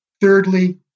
thirdly